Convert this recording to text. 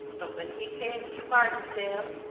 but when he came to barnesdale,